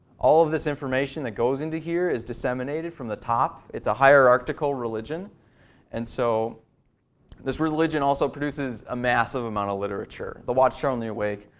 all of this information that goes into here is disseminated from the top. it's a hierarchal religion and so this religion also produces a massive amount of literature, the watchtower um and awake,